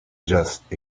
just